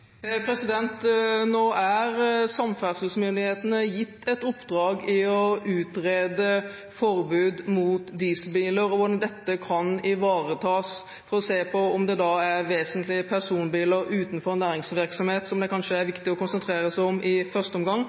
Nå er samferdselsmyndighetene gitt et oppdrag med å utrede forbud mot dieselbiler, og om dette kan ivaretas, for å se på om det vesentlig er personbiler utenfor næringsvirksomhet som det kanskje er viktig å konsentrere seg om i første omgang.